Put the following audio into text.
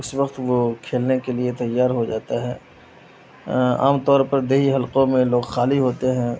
اس وقت وہ کھیلنے کے لیے تیار ہو جاتا ہے عام طور پر دیہی حلقوں میں لوگ خالی ہوتے ہیں